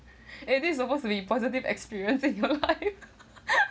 eh this is supposed to be positive experience in your life